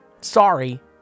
Sorry